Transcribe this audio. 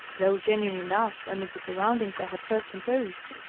though genuine enough amid the surroundings i had first imposed,